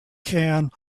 can